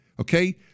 Okay